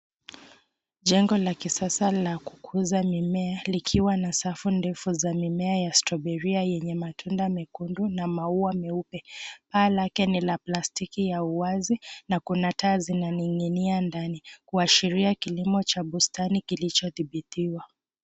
Jengo la kisasa la kukuza mimea likiwa na safu ndefu za mimea ya strawberia yenye matunda mekundu na maua meupe. Paa lake ni la plastiki ya uwazi na kuna taa zinaning'inia ndani kuashiria kilimo cha bustani kilicho dhibitiwa